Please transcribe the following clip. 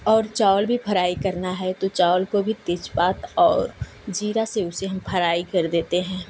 और चावल भी फराइ करना है तो चावल में भी तेज पात और जीरा से उसे हम फराइ कर देते हैं